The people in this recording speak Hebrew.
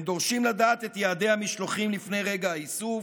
הם דורשים לדעת את יעדי המשלוחים לפני רגע האיסוף,